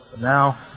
Now